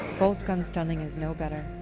bolt gun stunning is no better.